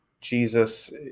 Jesus